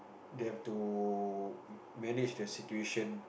they have to manage the situation